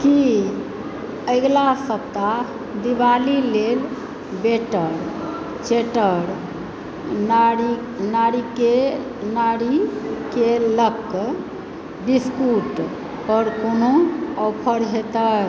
की अगिला सप्ताह दिवाली लेल बैटर चैटर नारिकेलक बिस्कुटपर कोनो ऑफर हेतय